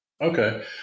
okay